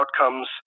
outcomes